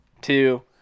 two